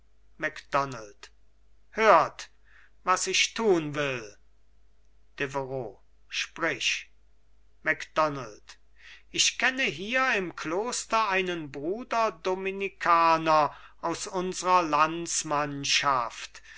macdonald hört was ich tunwill deveroux sprich macdonald ich kenne hier im kloster einen bruder dominikaner aus unsrer landsmannschaft